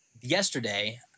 Yesterday